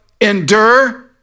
endure